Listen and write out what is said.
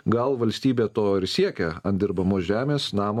gal valstybė to ir siekia ant dirbamos žemės namo